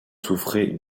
souffrait